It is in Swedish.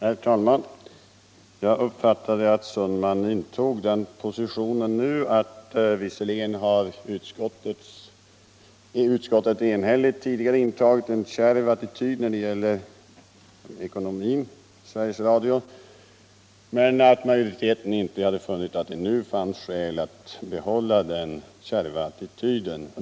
Herr talman! Jag uppfattar att herr Sundman nu intog den positionen att utskottet visserligen tidigare enhälligt visat en kärv attityd när det gäller Sveriges Radios ekonomi men att majoriteten inte hade funnit att det nu fanns skäl att behålla denna kärva attityd.